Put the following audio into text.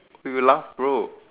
we will laugh bro